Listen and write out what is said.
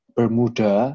Bermuda